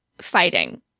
fighting